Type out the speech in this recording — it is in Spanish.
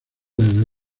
desde